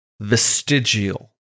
vestigial